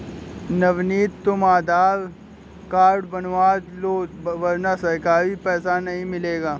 नवनीत तुम आधार कार्ड बनवा लो वरना सरकारी पैसा नहीं मिलेगा